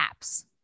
apps